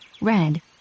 Red